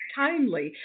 timely